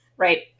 Right